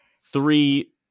three